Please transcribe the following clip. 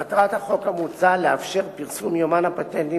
מטרת החוק המוצע לאפשר פרסום יומן הפטנטים